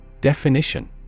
Definition